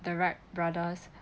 the wright brothers